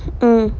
mm